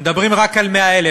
מדברים רק על 100,000,